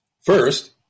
First